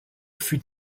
fut